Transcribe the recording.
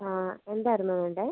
ആ എന്തായിരുന്നു വേണ്ടത്